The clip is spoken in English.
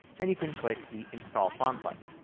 and you can click the install font button.